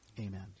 Amen